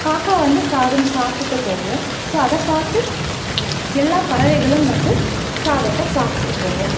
காக்கா வந்து சாதம் சாப்பிட்டுட்டு போகும் ஸோ அதை பார்த்து எல்லா பறவைகளும் வந்து சாதத்தை சாப்பிட்டுட்டு போகும்